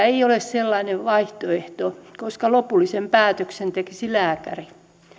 ei ole sellainen vaihtoehto koska lopullisen päätöksen tekisi lääkäri